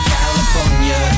California